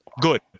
Good